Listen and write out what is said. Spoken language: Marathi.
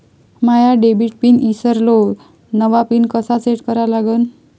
माया डेबिट पिन ईसरलो, नवा पिन कसा सेट करा लागन?